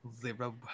Zero